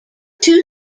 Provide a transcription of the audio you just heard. two